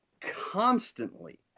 constantly